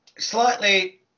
slightly